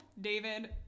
David